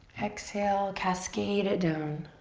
exhale, cascade it down.